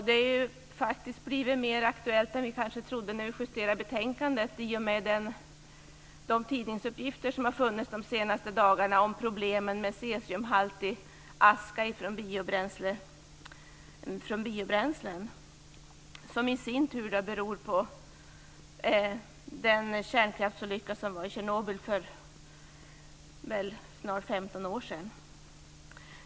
Det har blivit mer aktuellt än vad vi kanske trodde när vi justerade betänkandet i och med de tidningsuppgifter som har funnits de senaste dagarna om problemen med cesiumhalter i askan från biobränslen, som i sin tur beror på den kärnkraftsolycka som var i Tjernobyl för snart 15 år sedan.